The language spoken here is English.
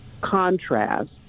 contrast